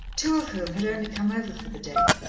two of whom had only come over for the day.